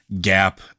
gap